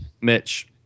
Mitch